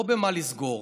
לא במה לסגור.